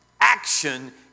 action